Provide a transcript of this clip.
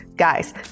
guys